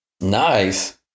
nice